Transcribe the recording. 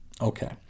Okay